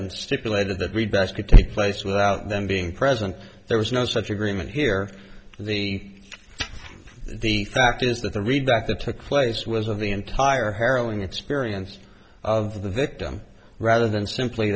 and stipulated that we'd best to take place without them being present there was no such agreement here the the fact is that the read back that took place was of the entire harrowing experience of the victim rather than simply